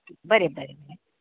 okay बरें बरें